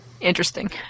Interesting